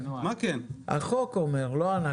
החוק אומר, לא אנחנו.